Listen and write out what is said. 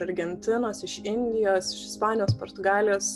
argentinos iš indijos ispanijos portugalijos